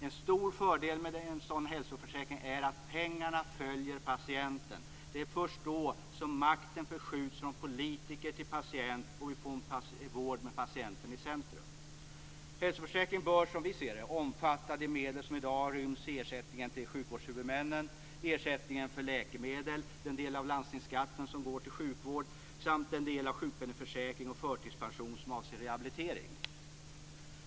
En stor fördel med en sådan hälsoförsäkring är att pengarna följer patienterna. Det är först då som makten förskjuts från politiker till patient, och vi får en vård med patienten i centrum. Hälsoförsäkringen bör, som vi ser det, omfatta de medel som i dag inryms i ersättning till sjukvårdshuvudmännen, ersättningen för läkemedel, den del av landstingsskatten som går till sjukvård samt den del av sjukpenningförsäkringen och förtidspensionerna som avser rehabilitering.